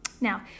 Now